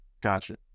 Gotcha